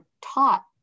taught